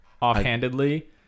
offhandedly